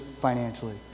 financially